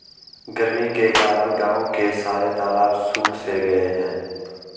गर्मी के कारण गांव के सारे तालाब सुख से गए हैं